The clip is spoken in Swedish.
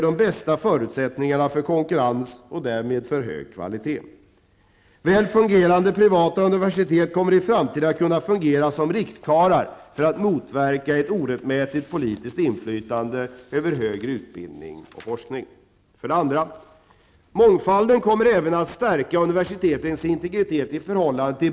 På vilket sätt skulle intresset och engagemanget bland medborgarna för den högre utbildningen och forskningen stärkas genom regeringens förslag? 2.